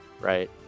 right